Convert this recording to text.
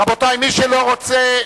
רבותי, מי שלא רוצה